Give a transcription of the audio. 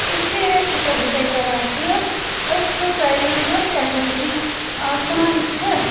اِسلیے چھَسو بہٕ تۄہہِ کَران کٲم أسۍ چھُو تۄہہِ یۄس اٮ۪جَنسی آسان چھِ